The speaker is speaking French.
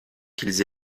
qu’ils